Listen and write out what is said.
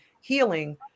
healing